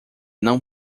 não